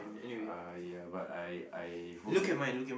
uh ya but I I hope that